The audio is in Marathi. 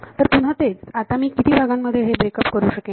तर पुन्हा तेच आता मी किती भागांमध्ये हे ब्रेक अप करू शकते